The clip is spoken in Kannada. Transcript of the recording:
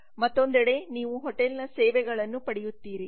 ಮತ್ತೊಂದೆಡೆ ನೀವು ಹೋಟೆಲ್ ನ ಸೇವೆಗಳನ್ನು ಪಡೆಯುತ್ತಿರಿ